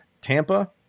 Tampa